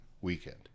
weekend